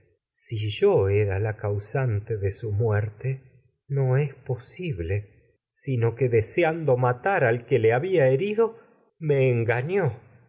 al yo era morir la tenia de al que su demostrar no benevolencia si es causante muerte posible me sino que deseando matar que le había herido y engañó